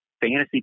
fantasy